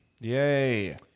Yay